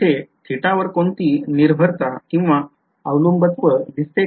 इथे θ वर कोणती निर्भरता दिसते का